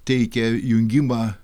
teikia jungimą